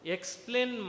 Explain